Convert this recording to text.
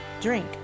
Drink